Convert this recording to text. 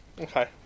Okay